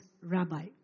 rabbi